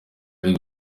ari